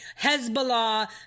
Hezbollah